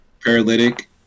paralytic